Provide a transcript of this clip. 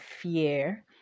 fear